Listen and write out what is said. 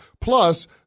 Plus